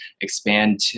expand